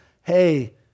hey